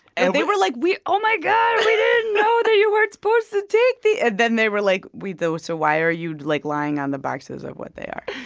and they were like, we oh, my god, we didn't know that you weren't supposed to take the and then they were like, wait though, so why are you, like, lying on the boxes of what they are?